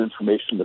information